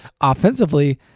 offensively